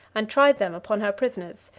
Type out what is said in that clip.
and tried them upon her prisoners,